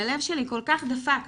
הלב שלי כל כך דפק,